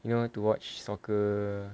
you know to watch soccer